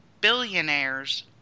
billionaires